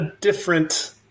different